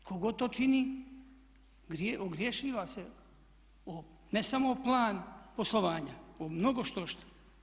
Tko god to čini ogrješiva se ne samo o plan poslovanja, o mnogo štošta.